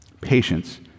Patience